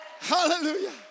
hallelujah